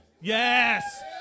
Yes